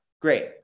great